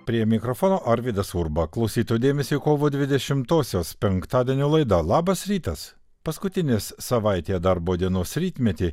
prie mikrofono arvydas urba klausytojų dėmesiui kovo dvidešimtosios penktadienio laida labas rytas paskutinės savaitėje darbo dienos rytmetį